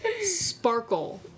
sparkle